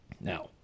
now